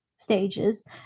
stages